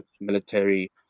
military